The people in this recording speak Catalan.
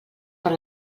per